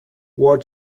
war